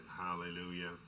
hallelujah